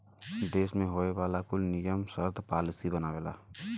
देस मे होए वाला कुल नियम सर्त पॉलिसी बनावेला